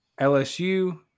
LSU